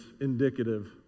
indicative